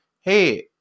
hey